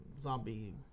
zombie